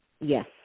Yes